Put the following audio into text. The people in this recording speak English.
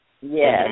Yes